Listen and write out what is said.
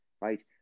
right